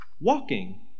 Walking